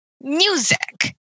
music